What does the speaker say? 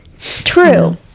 True